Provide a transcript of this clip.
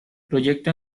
proyecto